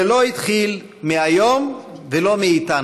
זה לא התחיל מהיום ולא מאיתנו: